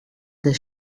this